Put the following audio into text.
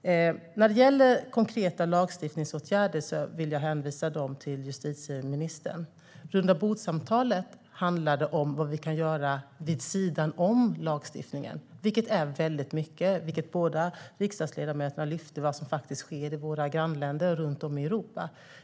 När det gäller konkreta lagstiftningsåtgärder vill jag hänvisa dem till justitieministern. Rundabordssamtalet handlade om vad vi kan göra vid sidan om lagstiftningen, vilket är väldigt mycket. Båda riksdagsledamöterna lyfte ju fram vad som faktiskt sker i våra grannländer och runt om i Europa.